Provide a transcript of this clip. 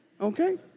Okay